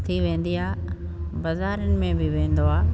थी वेंदी आहे बज़ारुनि में बि वेंदो आहे